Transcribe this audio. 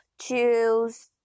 choose